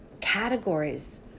categories